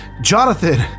Jonathan